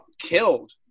killed